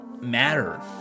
matter